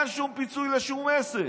אין שום פיצוי לשום עסק.